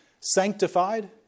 sanctified